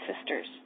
sisters